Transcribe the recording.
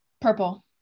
purple